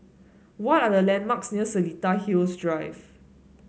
what are the landmarks near Seletar Hills Drive